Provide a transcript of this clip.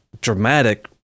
dramatic